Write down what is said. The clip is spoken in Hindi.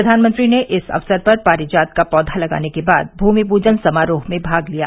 प्रधानमंत्री ने इस अवसर पर पारिजात का पौधा लगाने के बाद भूमि पूजन समारोह में भाग लिया